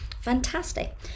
fantastic